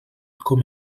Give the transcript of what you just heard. com